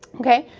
okay?